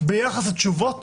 ביחס לתשובות